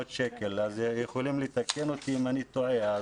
יכולים לתקן אותי אם אני טועה.